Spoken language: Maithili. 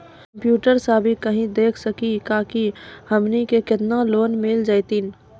कंप्यूटर सा भी कही देख सकी का की हमनी के केतना लोन मिल जैतिन?